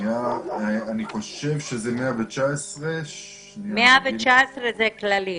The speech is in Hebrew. אני חושב שזה 119. 119 זה כללי.